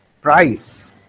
price